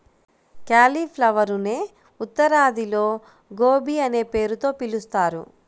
క్యాలిఫ్లవరునే ఉత్తరాదిలో గోబీ అనే పేరుతో పిలుస్తారు